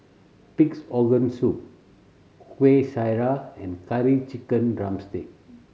Pig's Organ Soup Kuih Syara and Curry Chicken drumstick